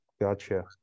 Gotcha